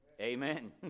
Amen